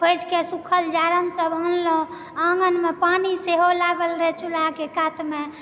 खोजि कऽ सुखल जारैन सब अनलहुॅं आँगन मे पानि सेहो लागल रहै छै चूल्हा के कात मे